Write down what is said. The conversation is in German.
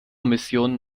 missionen